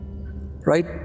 Right